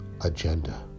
agenda